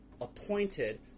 appointed